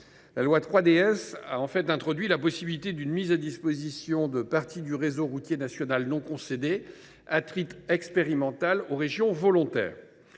la loi 3DS a introduit la possibilité d’une mise à disposition de parties du réseau routier national non concédé, à titre expérimental, aux régions volontaires.